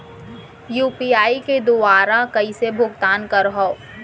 UPI के दुवारा कइसे भुगतान करहों?